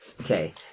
Okay